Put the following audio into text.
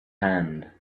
hand